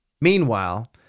Meanwhile